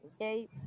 okay